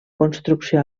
construcció